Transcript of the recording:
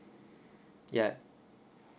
yup